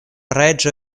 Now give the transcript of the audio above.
reĝo